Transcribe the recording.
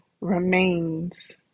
remains